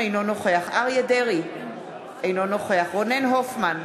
אינו נוכח אריה דרעי, אינו נוכח רונן הופמן,